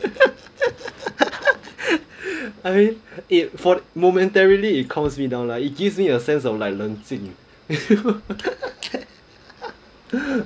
I mean it for momentarily it calms me down lah it gives me a sense of like 冷静